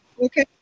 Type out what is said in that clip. Okay